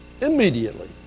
immediately